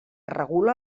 regula